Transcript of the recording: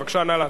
נא להצביע.